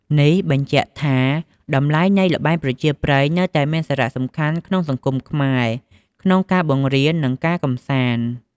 នេះបញ្ជាក់ថា តម្លៃនៃល្បែងប្រជាប្រិយនៅតែមានសារៈសំខាន់ក្នុងសង្គមខ្មែរ ក្នុងការបង្រៀននិងការកម្សាន្ត។